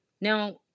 Now